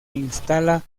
instala